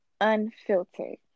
Unfiltered